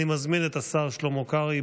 אני מזמין את השר שלמה קרעי,